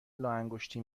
لاانگشتی